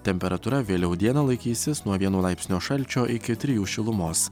temperatūra vėliau dieną laikysis nuo vieno laipsnio šalčio iki trijų šilumos